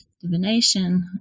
divination